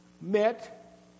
met